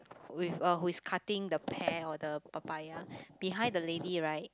with uh who is cutting the pear or the papaya behind the lady right